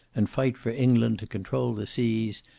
and fight for england control the seas,